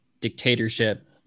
dictatorship